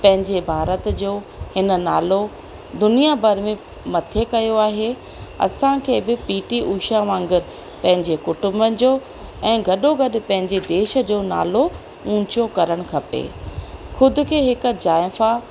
पंहिंजे भारत जो हिन नालो दुनिया भर में मथे कयो आहे असांखे बि पी टी उषा वांगुरु पंहिंजे कुटुंब जो ऐं गॾो गॾु पंहिंजे देश जो नालो ऊचो करणु खपे ख़ुदि खे हिकु ज़ाइफ़ा